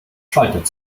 schaltet